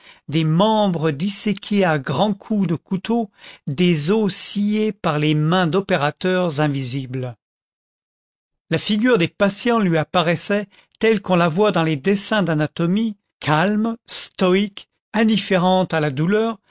des membres disséqués à grands coups de couteau des os sciés par les mains d'opérateurs invisibles la figure des patients lui apparais content from google book search generated at sait telle qu'on la voit dans les dessin j d'anatomie calme stoïque indifférente à la douleur